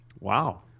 Wow